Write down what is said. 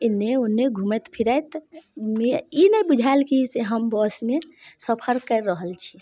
एन्नी उन्नी घुमैत फिरैत मे ई नै बुझाइ छै से हम बसमे सफर कइर रहल छी